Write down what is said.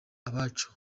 abacu